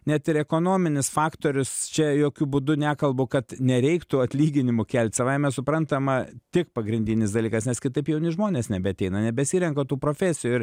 net ir ekonominis faktorius čia jokiu būdu nekalbu kad nereiktų atlyginimų kelt savaime suprantama tik pagrindinis dalykas nes kitaip jauni žmonės nebeateina nebesirenka tų profesijų ir